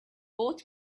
both